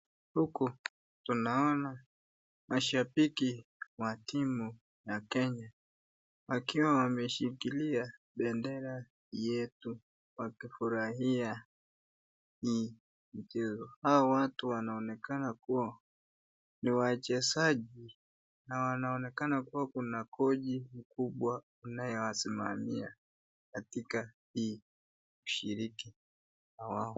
Huku tunaona mashabiki wa timu ya Kenya wakiwa wameshikilia bendera yetu wakifurahia hii cheo. Hawa watu wanaonekana kuwa ni wachezaji na inaonekana kuwa kuna koji kubwa inayowasimamia katika hii ushiriki na wao.